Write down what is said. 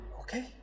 Okay